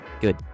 Good